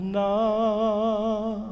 now